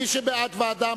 מי שבעד ועדה,